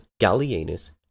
Gallienus